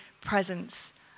presence